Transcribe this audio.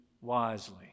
wisely